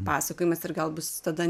pasakojimas ir gal bus tada